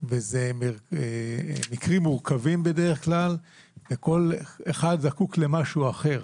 ואלה בדרך כלל מקרים מורכבים וכל אחד זקוק למשהו אחר.